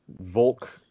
volk